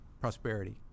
prosperity